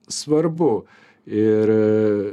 svarbu ir